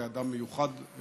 הוא היה כנראה אדם מיוחד במינו.